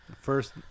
first